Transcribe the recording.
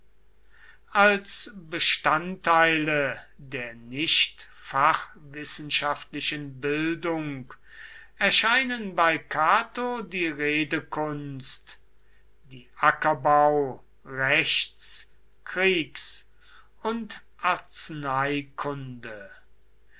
als bestandteile der nichtfachwissenschaftlichen bildung erscheinen bei cato die redekunst die ackerbau rechts kriegs und